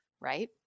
right